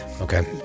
Okay